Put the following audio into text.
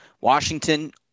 Washington